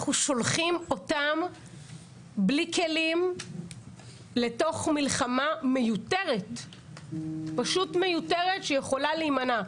אנחנו שולחים אותם בלי כלים לתוך מלחמה פשוט מיותרת שיכולה להימנע.